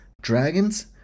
Dragons